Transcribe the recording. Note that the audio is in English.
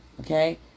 Okay